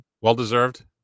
Well-deserved